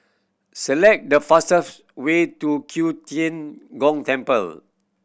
select the fastest way to Q Tian Gong Temple